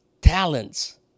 talents